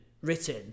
written